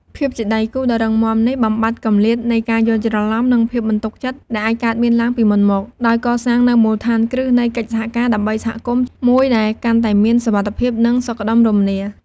ភាពជាដៃគូដ៏រឹងមាំនេះ បំបាត់គម្លាតនៃការយល់ច្រឡំ និងភាពមិនទុកចិត្ត ដែលអាចកើតមានឡើងពីមុនមក ដោយកសាងនូវមូលដ្ឋានគ្រឹះនៃកិច្ចសហការដើម្បីសហគមន៍មួយដែលកាន់តែមានសុវត្ថិភាព និងសុខដុមរមនា។